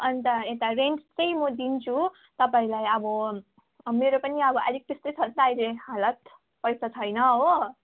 अन्त यता रेन्ट चाहिँ म दिन्छु तपाईँलाई अब मेरो पनि अब आलिक त्यस्तै छ नि त अहिले हालत पैसा छैन हो